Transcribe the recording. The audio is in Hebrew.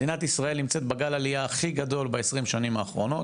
מדינת ישראל נמצאת בגל העלייה הכי גדול בעשרים השנים האחרונות.